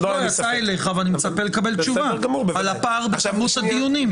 ואני מצפה לקבל תשובה על הפער בכמות הדיונים.